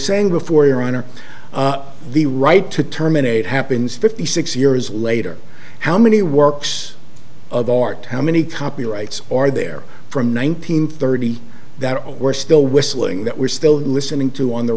saying before your honor the right to terminate happens fifty six years later how many works of art how many copyrights are there from one nine hundred thirty that we're still whistling that we're still listening to on the